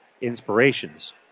inspirations